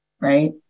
right